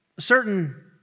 certain